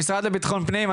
המשרד לביטחון פנים,